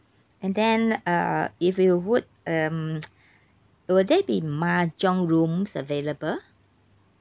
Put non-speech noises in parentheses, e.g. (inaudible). and then uh if you would um (noise) will there be mahjong rooms available